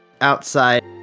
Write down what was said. outside